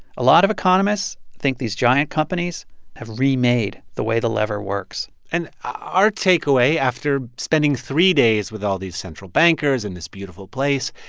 a lot of economists think these giant companies have remade the way the lever works and our takeaway, after spending three days with all these central bankers in this beautiful place,